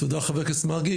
תודה חה"כ מרגי,